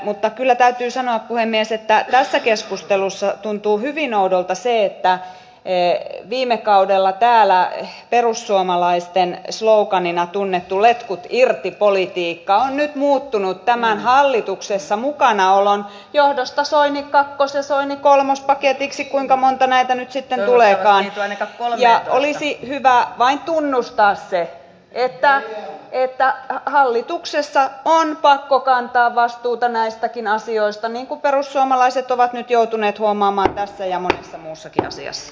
mutta kyllä täytyy sanoa puhemies että tässä keskustelussa tuntuu hyvin oudolta se että viime kaudella täällä perussuomalaisten sloganina tunnettu letkut irti politiikka on nyt muuttunut tämän hallituksessa mukanaolon johdosta soini kakkos ja soini kolmos paketiksi kuinka monta näitä nyt sitten tuleekaan ja olisi hyvä vain tunnustaa se että hallituksessa on pakko kantaa vastuuta näistäkin asioista niin kuin perussuomalaiset ovat nyt joutuneet huomaamaan tässä ja monessa muussakin asiassa